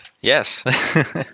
Yes